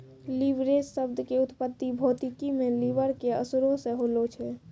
leverage शब्द के उत्पत्ति भौतिकी मे लिवर के असरो से होलो छै